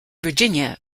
virginia